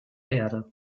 erde